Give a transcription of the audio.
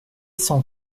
cent